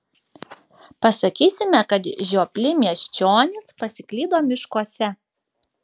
pasakysime kad žiopli miesčionys pasiklydo miškuose